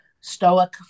stoic